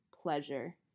pleasure